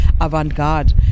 avant-garde